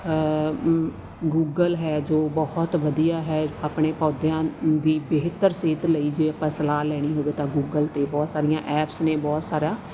Google ਹੈ ਜੋ ਬਹੁਤ ਵਧੀਆ ਹੈ ਆਪਣੇ ਪੌਦਿਆਂ ਦੀ ਬਿਹਤਰ ਸਿਹਤ ਲਈ ਜੇ ਆਪਾਂ ਸਲਾਹ ਲੈਣੀ ਹੋਵੇ ਤਾਂ ਗੂਗਲ 'ਤੇ ਬਹੁਤ ਸਾਰੀਆਂ ਐਪਸ ਨੇ ਬਹੁਤ ਸਾਰਾ